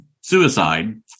suicide